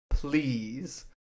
Please